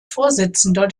vorsitzender